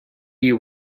you